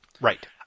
Right